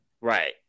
Right